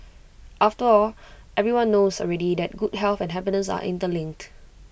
after all everyone knows already that good health and happiness are interlinked